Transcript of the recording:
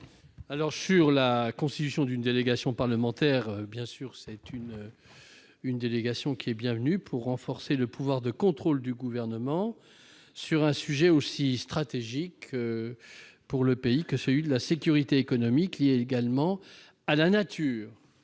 n° 143. La constitution d'une délégation parlementaire serait la bienvenue pour renforcer le pouvoir de contrôle du Gouvernement sur un sujet aussi stratégique pour le pays que celui de la sécurité économique, liée également à la nature